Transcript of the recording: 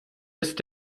ist